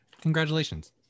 Congratulations